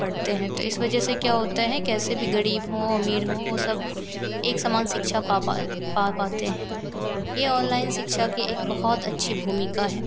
पढ़ते हैं तो इस वजह से क्या होता है कैसे भी ग़रीब हों अमीर हों वे सब एक समान शिक्षा पा पा पा पाते हैं यह ऑनलाइन शिक्षा की एक बहुत अच्छी भूमिका है